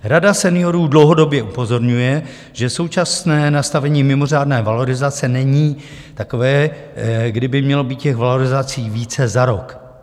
Rada seniorů dlouhodobě upozorňuje, že současné nastavení mimořádné valorizace není takové, kdy by mělo být těch valorizací více za rok.